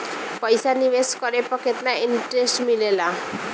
पईसा निवेश करे पर केतना इंटरेस्ट मिलेला?